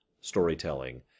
storytelling